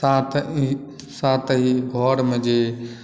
साथहि घरमे जे